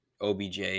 OBJ